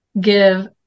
give